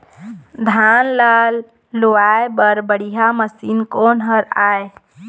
धान ला लुआय बर बढ़िया मशीन कोन हर आइ?